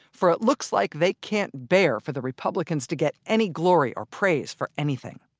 for it looks like they can't bear for the republicans to get any glory or praise for anything.